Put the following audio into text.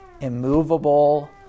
immovable